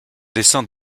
descend